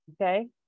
okay